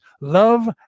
Love